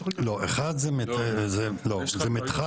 לא, זה מתחם.